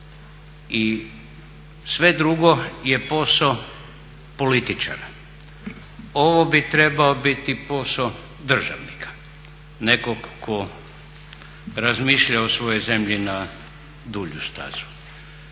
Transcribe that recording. I sve drugo je posao političara. Ovo bi trebao biti posao državnika, nekog tko razmišlja o svojoj zemlji na dulju stazu.